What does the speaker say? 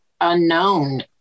unknown